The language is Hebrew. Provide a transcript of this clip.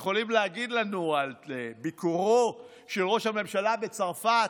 יכולים להגיד לנו על ביקורו של ראש הממשלה בצרפת,